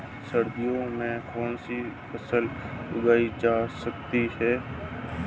सर्दियों में कौनसी फसलें उगाई जा सकती हैं?